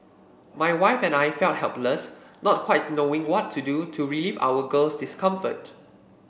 my wife and I felt helpless not quite knowing what to do to relieve our girl's discomfort